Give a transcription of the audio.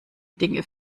dinge